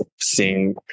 seeing